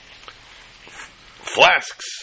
flasks